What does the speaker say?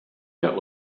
der